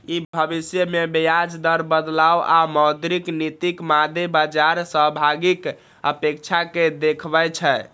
ई भविष्य मे ब्याज दर बदलाव आ मौद्रिक नीतिक मादे बाजार सहभागीक अपेक्षा कें देखबै छै